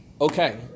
okay